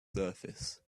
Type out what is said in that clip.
surface